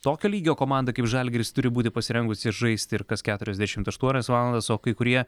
tokio lygio komanda kaip žalgiris turi būti pasirengusi žaisti ir kas keturiasdešimt aštuonias valandas o kai kurie